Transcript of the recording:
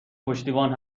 پشتیبان